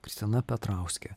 kristina petrauskė